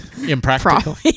impractical